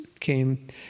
Came